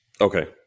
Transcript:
Okay